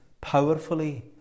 powerfully